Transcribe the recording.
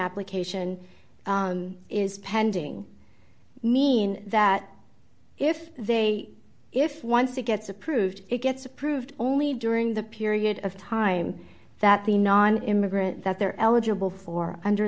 application is pending mean that if they if once it gets approved it gets approved only during the period of time that the nonimmigrant that they're eligible for under